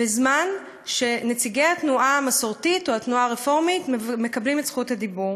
בזמן שנציגי התנועה המסורתית או התנועה הרפורמית מקבלים את זכות הדיבור.